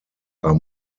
are